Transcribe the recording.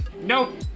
Nope